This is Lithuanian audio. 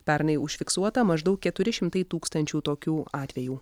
pernai užfiksuota maždaug keturi šimtai tūkstančių tokių atvejų